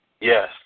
Yes